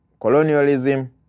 colonialism